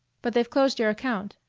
but they've closed your account.